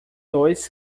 dois